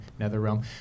NetherRealm